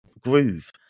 groove